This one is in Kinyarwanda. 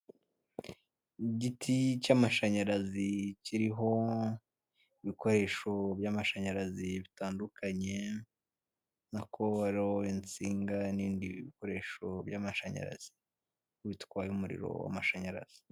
Igiti cy'amashanyarazi kiriho ibikoresho by'amashanyarazi bitandukanye , nka koro ,isinga n'ibindi bikoresho by'amashanyarazi bitwara umuriro w'amashanyarazi.